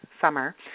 summer